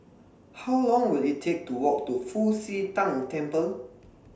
How Long Will IT Take to Walk to Fu Xi Tang Temple